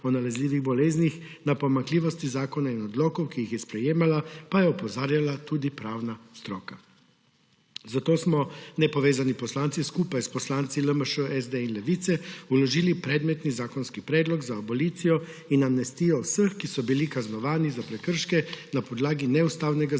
o nalezljivih boleznih. Na pomanjkljivosti zakona in odlokov, ki jih je sprejemala, pa je opozarjala tudi pravna stroka. Zato smo nepovezani poslanci skupaj s poslanci LMŠ, SD in Levice vložili predmetni zakonski predlog za abolicijo in amnestijo vseh, ki so bili kaznovani za prekrške na podlagi neustavnega Zakona